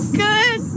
good